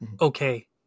okay